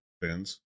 fans